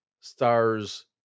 stars